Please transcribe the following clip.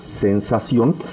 sensación